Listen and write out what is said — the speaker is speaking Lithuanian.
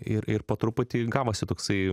ir ir po truputį gavosi toksai